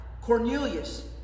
Cornelius